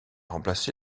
remplacé